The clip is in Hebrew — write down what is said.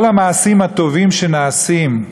כל המעשים הטובים שנעשים,